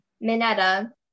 Minetta